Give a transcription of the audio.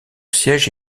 siège